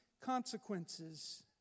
consequences